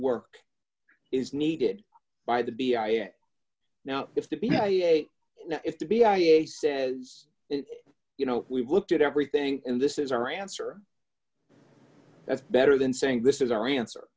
work is needed by the b i it now if the if the b i a e a says you know we've looked at everything and this is our answer that's better than saying this is our answer